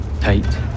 tight